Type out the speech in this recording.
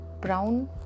brown